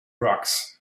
rocks